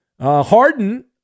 Harden